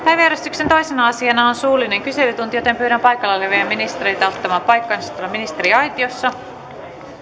päiväjärjestyksen toisena asiana on suullinen kyselytunti joten pyydän paikalla olevia ministereitä ottamaan paikkansa ministeriaitiossa